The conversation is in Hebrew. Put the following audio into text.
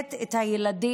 שמנשלת את הילדים,